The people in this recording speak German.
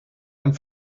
einen